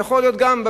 שיכול להיות גם,